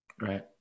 Right